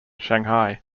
shanghai